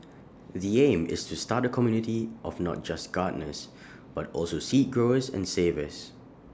the aim is to start A community of not just gardeners but also seed growers and savers